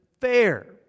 fair